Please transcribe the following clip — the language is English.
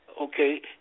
Okay